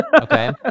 Okay